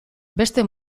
beste